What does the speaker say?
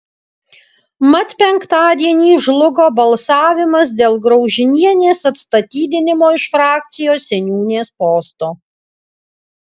mat penktadienį žlugo balsavimas dėl graužinienės atstatydinimo iš frakcijos seniūnės posto